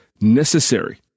necessary